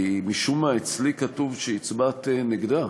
כי משום מה אצלי כתוב שהצבעת נגדה.